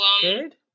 good